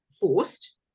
forced